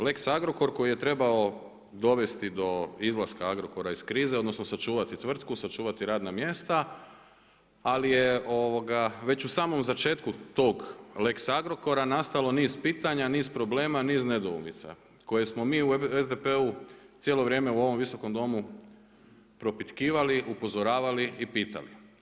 Lex Agrokor koji je trebao dovesti do izlaska Agrokora iz krize, odnosno sačuvati tvrtku, sačuvati radna mjesta ali je već u samom začetku tog lex Agrokora nastalo niz pitanja, niz problema, niz nedoumica koje smo mi u SDP-u cijelo vrijeme u ovom Visokom domu propitkivali, upozoravali i pitali.